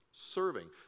serving